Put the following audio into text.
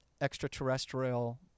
extraterrestrial